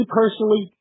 personally